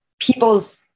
people's